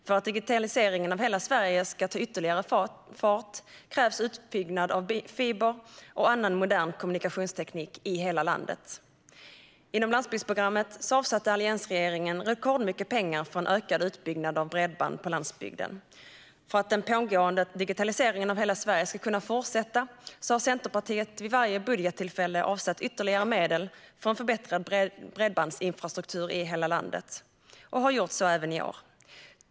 För att digitaliseringen av hela Sverige ska ta ytterligare fart krävs utbyggnad av fiber och annan modern kommunikationsteknik i hela landet. Inom landsbygdsprogrammet avsatte Alliansregeringen rekordmycket pengar för en ökad utbyggnad av bredband på landsbygden. För att den pågående digitaliseringen av hela Sverige ska kunna fortsätta har Centerpartiet vid varje budgettillfälle avsatt ytterligare medel för en förbättrad bredbandsinfrastruktur i hela landet, och vi har gjort så även i år.